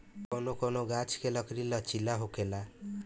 कौनो कौनो गाच्छ के लकड़ी लचीला होखेला